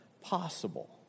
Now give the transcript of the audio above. possible